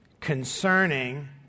concerning